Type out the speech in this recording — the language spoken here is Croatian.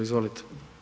Izvolite.